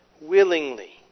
willingly